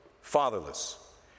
fatherless